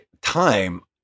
time